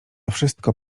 wszystko